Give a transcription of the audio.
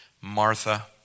Martha